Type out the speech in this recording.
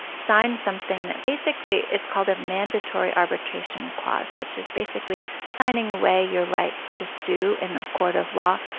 signed something that basically is called a mandatory arbitration clause, which is basically signing away your right to sue in a court of law,